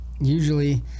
usually